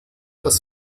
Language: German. das